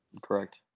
correct